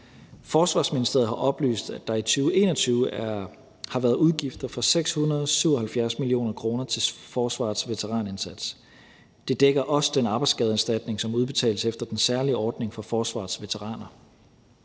Forsvarsministeriet har oplyst, at der i 2021 har været udgifter for 677 mio. kr. til forsvarets veteranindsats. Det dækker også den arbejdsskadeerstatning, som udbetales efter den særlige ordning for forsvarets veteraner.